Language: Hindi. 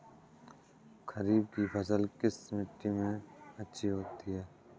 खरीफ की फसल किस मिट्टी में अच्छी होती है?